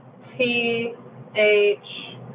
TH